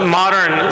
modern